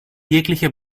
jegliche